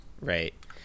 right